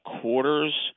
quarters